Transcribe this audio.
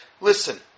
listen